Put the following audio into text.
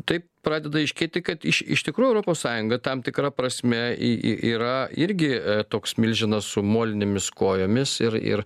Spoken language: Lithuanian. taip pradeda aiškėti kad iš iš tikrų europos sąjunga tam tikra prasme į į yra irgi toks milžinas su molinėmis kojomis ir ir